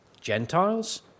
Gentiles